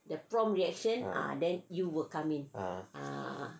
ah ah